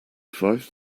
five